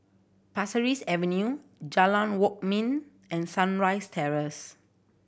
Pasir Ris Avenue Jalan Kwok Min and Sunrise Terrace